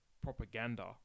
propaganda